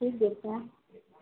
जी देखते हैं